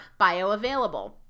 bioavailable